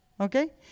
okay